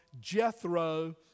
Jethro